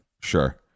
Sure